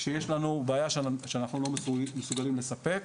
כשיש לנו בעיה שאנחנו לא מסוגלים לספק